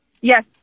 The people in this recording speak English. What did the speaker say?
Yes